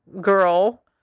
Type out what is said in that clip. girl